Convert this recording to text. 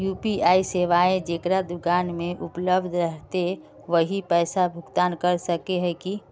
UPI सेवाएं जेकरा दुकान में उपलब्ध रहते वही पैसा भुगतान कर सके है की?